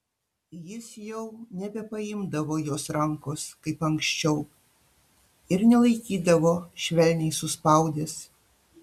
jis jau nebepaimdavo jos rankos kaip anksčiau ir nelaikydavo švelniai suspaudęs